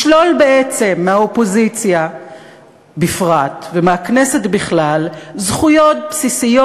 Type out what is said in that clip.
לשלול בעצם מהאופוזיציה בפרט ומהכנסת בכלל זכויות בסיסיות